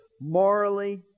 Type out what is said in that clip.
morally